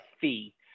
fee